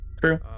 true